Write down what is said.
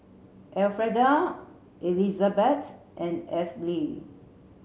Elfreda Elizabet and Ethyle